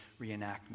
reenactment